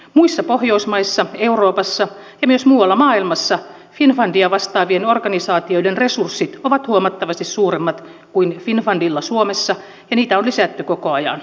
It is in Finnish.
muissa pohjoismaissa euroopassa ja myös muualla maailmassa finnfundia vastaavien organisaatioiden resurssit ovat huomattavasti suuremmat kuin finnfundilla suomessa ja niitä on lisätty koko ajan